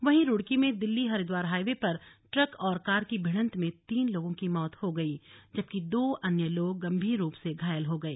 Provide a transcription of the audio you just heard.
वहीं रुड़की में दिल्ली हरिद्वार हाईवे पर ट्रक और कार की भिड़ंत में तीन लोगों की मौत हो गई जबकि दो अन्य लोग गंभीर रूप से घायल हो गए